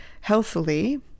healthily